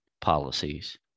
policies